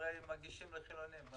מנגישים לחילונים.